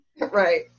Right